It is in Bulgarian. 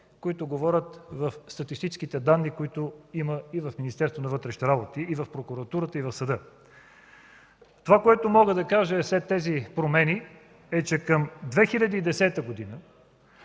които говорят в статистическите данни, които ги има и в Министерството на вътрешните работи, и в прокуратурата, и в съда. Това, което мога да кажа след тези промени, е, че към 2010 г.